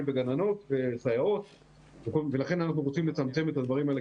המצב שאנחנו נמצאים בו.